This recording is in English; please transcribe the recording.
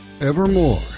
Evermore